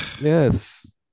Yes